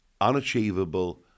unachievable